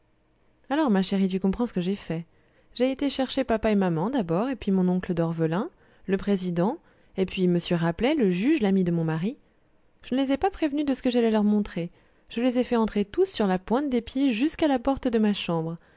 alors ma chérie tu comprends ce que j'ai fait j'ai été chercher papa et maman d'abord et puis mon oncle d'orvelin le président et puis m raplet le juge l'ami de mon mari je ne les ai pas prévenus de ce que j'allais leur montrer je les ai fait entrer tous sur la pointe des pieds jusqu'à la porte de ma chambre